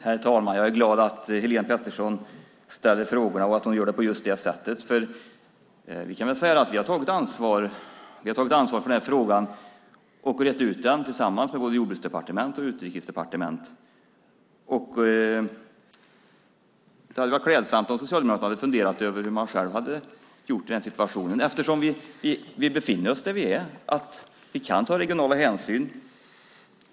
Herr talman! Jag är glad att Helén Pettersson ställer frågorna, och att hon gör det på det här sättet. Vi har tagit ansvar för den här frågan och rett ut den tillsammans med Jordbruksdepartementet och Utrikesdepartementet. Det hade varit klädsamt om Socialdemokraterna hade funderat över hur man själv hade gjort i den här situationen. Vi kan ta regionala hänsyn.